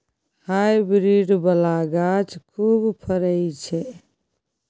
hybrid बला गाछ खूब फरइ छै